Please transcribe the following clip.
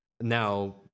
now